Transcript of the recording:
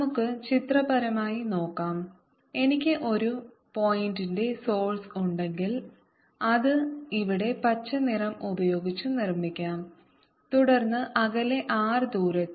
നമുക്ക് ചിത്രപരമായി നോക്കാം എനിക്ക് ഒരു പോയിന്റിന്റെ സോഴ്സ് ഉണ്ടെങ്കിൽ അത് ഇവിടെ പച്ച നിറം ഉപയോഗിച്ച് നിർമ്മിക്കാം തുടർന്ന് അകലെ r ദൂരത്തു